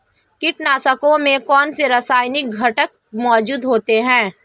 कीटनाशकों में कौनसे रासायनिक घटक मौजूद होते हैं?